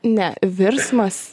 ne virsmas